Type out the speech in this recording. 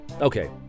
Okay